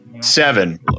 Seven